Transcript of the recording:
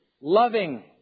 loving